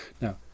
Now